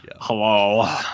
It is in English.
Hello